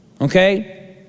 okay